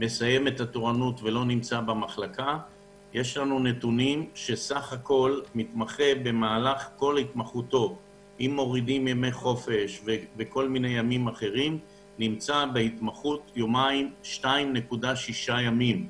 יש לנו נתונים שמתמחה במהלך כל התמחות נמצא בהתמחות 2.6 ימים בשבוע.